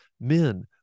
men